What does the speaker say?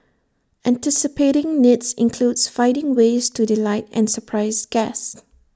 anticipating needs includes finding ways to delight and surprise guests